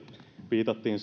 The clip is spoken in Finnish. viitattiin